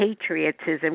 patriotism